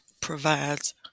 provides